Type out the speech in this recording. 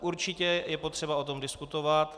Určitě je potřeba o tom diskutovat.